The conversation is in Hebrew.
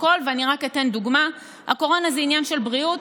יוכל לקבל את העבדות, לקבל את התורה,